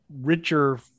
richer